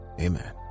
amen